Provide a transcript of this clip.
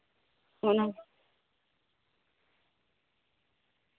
ᱚᱱᱟ